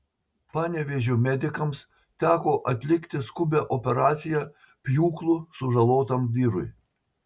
panevėžio medikams teko atlikti skubią operaciją pjūklu sužalotam vyrui